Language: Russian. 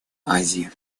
азии